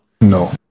no